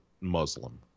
Muslim